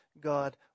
God